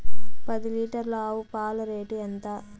పది లీటర్ల ఆవు పాల రేటు ఎంత?